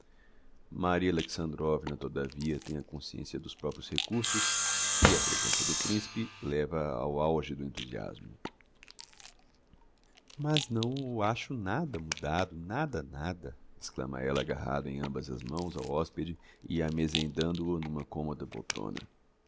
conversa maria alexandrovna todavia tem a consciencia dos proprios recursos e a presença do principe léva a ao auge do enthusiasmo mas não o acho nada mudado nada nada exclama ella agarrando em ambas as mãos ao hospede e amesendando o n'uma commoda poltrona